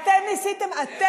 אין בעיה עם זה.